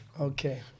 Okay